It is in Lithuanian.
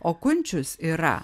o kunčius yra